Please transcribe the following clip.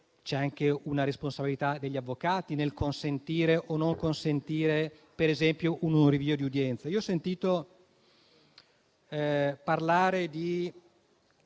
c'è anche una responsabilità degli avvocati nel consentire o non consentire, per esempio, un rinvio di udienza. Ho sentito parlare di